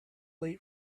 late